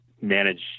manage